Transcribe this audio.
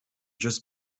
just